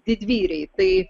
didvyriai tai